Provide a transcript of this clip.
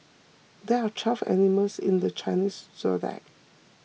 there are twelve animals in the Chinese zodiac